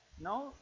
no